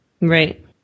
Right